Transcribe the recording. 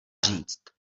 říct